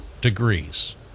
degrees